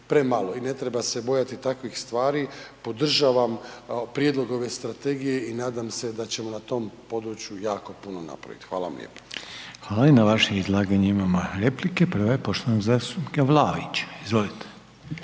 premalo, i ne treba se bojati takvih stvari, podržavam Prijedlog ove Strategije i nadam se da ćemo na tom području jako puno napraviti. Hvala vam lijepa. **Reiner, Željko (HDZ)** Hvala, i na vaše izlaganje imamo replike. Prva je poštovanog zastupnika Vlaovića. Izvolite.